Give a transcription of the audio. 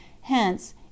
Hence